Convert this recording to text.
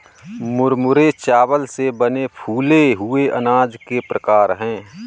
मुरमुरे चावल से बने फूले हुए अनाज के प्रकार है